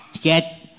Get